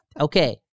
Okay